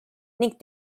ning